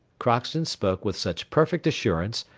crockston spoke with such perfect assurance,